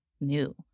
new